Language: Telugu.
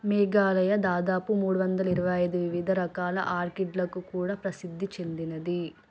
మేఘాలయ దాదాపు మూడు వందల ఇరవై ఐదు వివిధ రకాల ఆర్కిడ్లకు కూడా ప్రసిద్ధి చెందినది